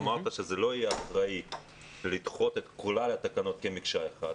אמרת שלא יהיה אחראי לדחות את כל התקנות כמקשה אחת.